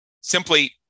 simply